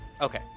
Okay